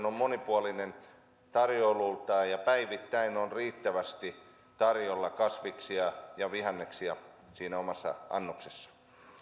on monipuolinen tarjoilultaan ja päivittäin on riittävästi tarjolla kasviksia ja ja vihanneksia siinä omassa annoksessa